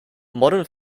modern